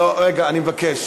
לא, רגע, אני מבקש.